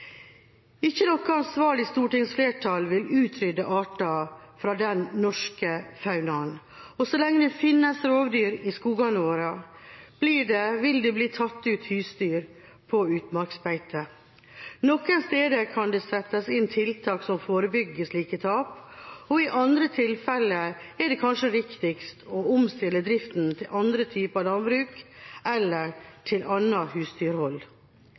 Ikke noe ansvarlig stortingsflertall vil utrydde arter fra den norske faunaen. Så lenge det finnes rovdyr i skogene våre, vil det bli tatt ut husdyr på utmarksbeite. Noen steder kan det settes inn tiltak som forebygger slike tap. I andre tilfeller er det kanskje riktigst å omstille driften til andre typer landbruk eller til annet husdyrhold.